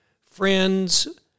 friends